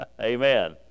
Amen